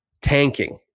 tanking